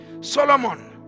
solomon